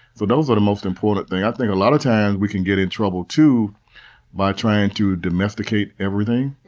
so those are the most important things. i think a lot of times we can get in trouble too by trying to domesticate everything.